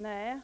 Nej,